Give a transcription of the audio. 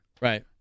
Right